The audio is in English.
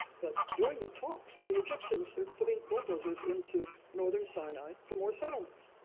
but during the talks with the egyptians, they're putting bulldozers into northern sinai, for more settlements.